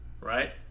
right